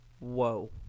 whoa